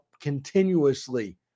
continuously